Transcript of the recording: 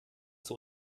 zur